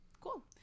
cool